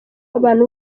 abantu